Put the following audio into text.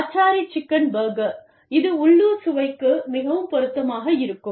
Achari chicken burger இது உள்ளூர் சுவைக்கு மிகவும் பொருத்தமாக இருக்கும்